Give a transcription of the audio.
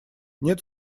нет